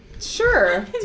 Sure